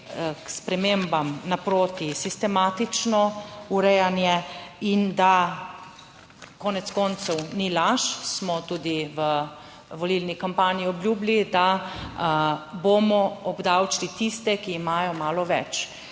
spremembam naproti, sistematično urejanje in da konec koncev, ni laž, smo tudi v volilni kampanji obljubili, da bomo obdavčili tiste, ki **28. TRAK (VI)